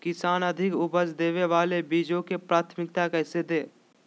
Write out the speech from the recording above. किसान अधिक उपज देवे वाले बीजों के प्राथमिकता कैसे दे?